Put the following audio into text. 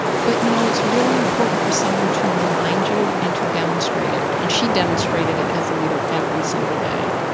but you know, it's really important for someone to remind you and to demonstrate it. and she demonstrated it as a leader every single day.